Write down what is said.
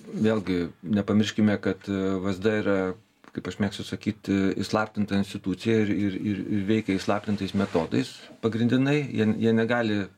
vėlgi nepamirškime kad vsd yra kaip aš mėgstu sakyti įslaptinta institucija ir ir ir veikia įslaptintais metodais pagrindinai jie jie negali